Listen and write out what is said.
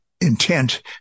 Intent